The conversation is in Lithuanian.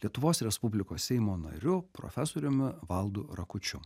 lietuvos respublikos seimo nariu profesoriumi valdu rakučiu